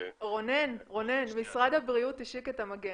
רונן, רונן, משרד הבריאות השיק את המגן.